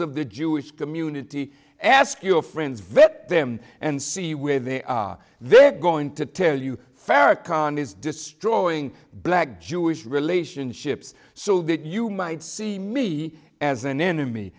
of the jewish community ask your friends vet them and see where they are they are going to tell you farah khan is destroying black jewish relationships so that you might see me as an enemy